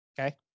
Okay